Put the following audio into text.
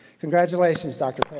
congratulations, dr.